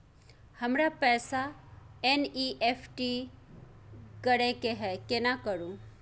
हमरा पैसा एन.ई.एफ.टी करे के है केना करू?